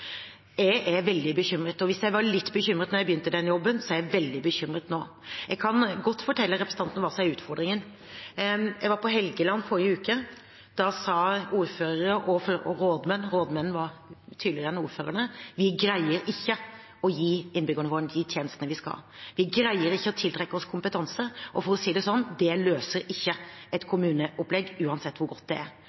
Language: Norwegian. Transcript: Jeg er veldig bekymret, og hvis jeg var litt bekymret da jeg begynte i denne jobben, er jeg veldig bekymret nå. Jeg kan godt fortelle representanten hva som er utfordringen: Jeg var på Helgeland i forrige uke. Da sa ordførere og rådmenn, og rådmennene var tydeligere enn ordførerne: Vi greier ikke å gi innbyggerne våre de tjenestene vi skal, vi greier ikke å tiltrekke oss kompetanse. For å si det sånn: Det løser ikke et kommuneopplegg, uansett hvor godt det er.